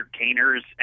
entertainers